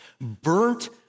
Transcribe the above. burnt